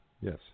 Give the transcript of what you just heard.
Yes